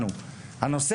וגם מממנים,